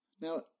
Now